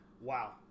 Wow